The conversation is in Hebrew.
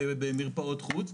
במרפאות חוץ,